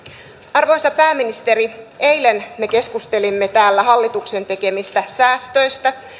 arvoisa pääministeri eilen me keskustelimme täällä hallituksen tekemistä säästöistä